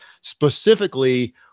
specifically-